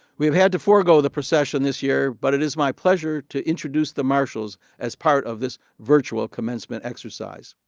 we have had to forgo the procession this year, but it is my pleasure to introduce the marshals as part of this virtual commencement exercise.